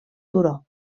turó